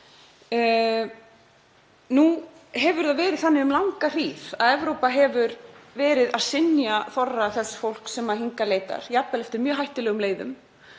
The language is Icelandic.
Nú hefur það verið þannig um langa hríð að Evrópa hefur verið að synja þorra þess fólks sem hingað leitar, jafnvel eftir mjög hættulegum leiðum,